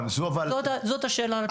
זאת השאלה על הפרק.